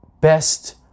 best